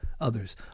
others